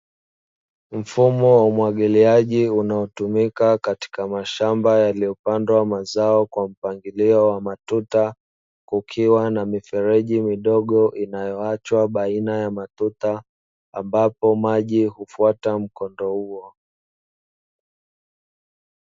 Mfumo wa umwagiliaji unaotumika katika mashamba, yaliyopandwa mazao kwa mpangilio wa matuta kukiwa na mifereji midogo inayoachwa baina ya matuta ambapo maji ufata mkondo huo.